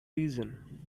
reason